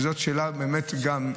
שגם זאת שאלה מצוינת,